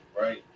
right